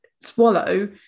swallow